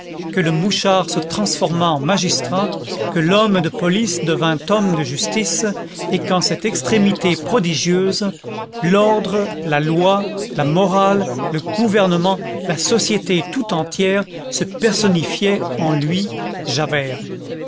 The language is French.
que le mouchard se transformât en magistrat que l'homme de police devînt homme de justice et qu'en cette extrémité prodigieuse l'ordre la loi la morale le gouvernement la société tout entière se personnifiaient en lui